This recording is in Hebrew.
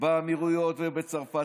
באמירויות ובצרפת,